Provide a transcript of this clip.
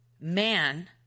man